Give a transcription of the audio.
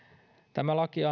tämä laki